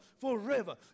forever